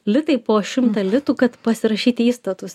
litai po šimtą litų kad pasirašyti įstatus